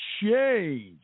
change